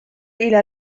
إلى